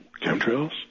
Chemtrails